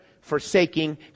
forsaking